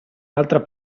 altra